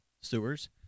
sewers